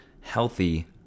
healthy